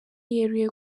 yeruye